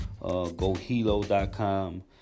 GoHilo.com